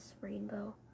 rainbow